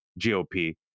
GOP